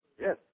Yes